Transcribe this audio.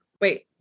Wait